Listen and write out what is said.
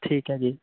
ਠੀਕ ਹੈ ਜੀ